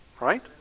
Right